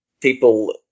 people